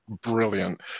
brilliant